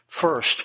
first